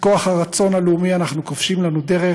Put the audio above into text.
בכוח הרצון הלאומי אנחנו כובשים לנו דרך,